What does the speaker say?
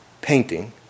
Painting